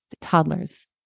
toddlers